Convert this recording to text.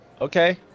Okay